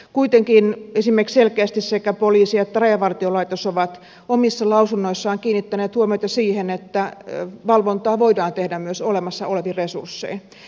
kuitenkin selkeästi sekä poliisi että rajavartiolaitos ovat omissa lausunnoissaan kiinnittäneet huomiota siihen että valvontaa voidaan tehdä myös olemassa olevin resurssein